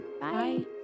Bye